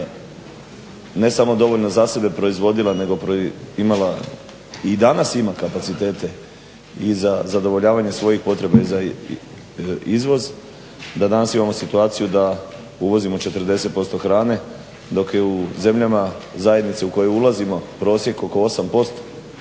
ne samo dovoljno za sebe proizvodila nego imala i danas ima kapacitete i za zadovoljavanje svojih potreba i za izvoz, da danas imamo situaciju da uvozimo 40% hrane, dok je u zemljama zajednice u koju ulazimo prosjek oko 8%.